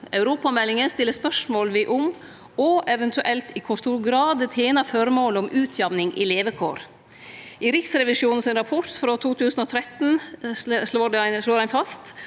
Europameldinga stiller spørsmål ved om og eventuelt i kor stor grad det tener føremålet om utjamning i levekår. I Riksrevisjonen sin rapport frå 2013 slår ein fast